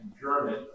German